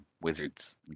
wizards